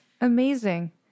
Amazing